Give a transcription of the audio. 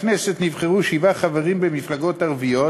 לכנסת נבחרו שבעה חברים במפלגות ערביות,